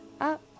up